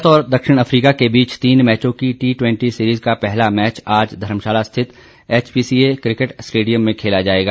भारत और दक्षिण अफ्रीका के बीच तीन मैचों की टी ट्वेंटी सीरीज का पहला मैच आज धर्मशाला स्थित एचपीसीए क्रिकेट स्टेडियम में खेला जाएगा